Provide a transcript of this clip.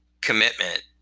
commitment